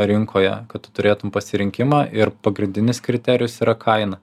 rinkoje kad turėtum pasirinkimą ir pagrindinis kriterijus yra kaina